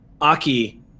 Aki